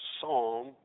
Psalm